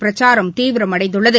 பிரச்சாரம் தீவிரமடைந்துள்ளது